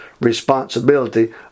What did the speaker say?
responsibility